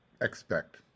expect